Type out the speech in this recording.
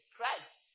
Christ